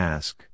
Ask